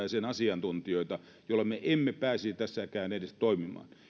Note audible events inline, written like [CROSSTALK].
[UNINTELLIGIBLE] ja sen asiantuntijoita jolloin me emme pääsisi tässäkään toimimaan